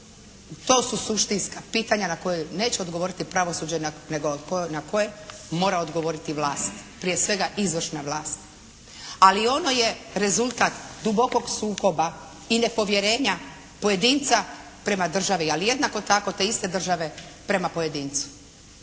To su suštinska pitanja na koje neće odgovoriti pravosuđe nego na koje mora odgovoriti vlast, prije svega izvršna vlast, ali ono je rezultat dubokog sukoba i nepovjerenja pojedinca prema državi, ali jednako tako te iste države prema pojedincu.